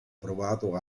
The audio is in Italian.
provato